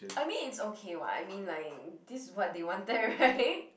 I mean it's okay [what] I mean like this is what they wanted right